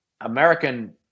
American